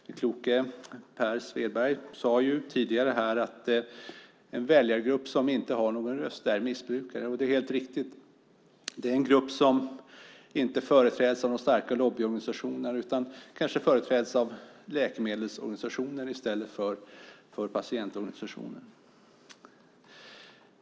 Den kloke Per Svedberg sade tidigare att en väljargrupp som inte har någon röst är missbrukarna. Det är helt riktigt. Det är en grupp som inte företräds av någon stark lobbyorganisation utan kanske företräds av läkemedelsorganisationer i stället för patientorganisationer.